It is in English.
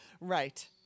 right